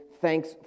thanks